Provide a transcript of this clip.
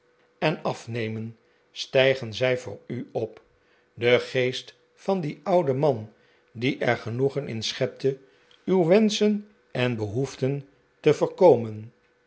en afnemen stijgen zij voor u op de geest van dien ouden man die er genoegen in schepte uw wenschen en behoeften te voorkomen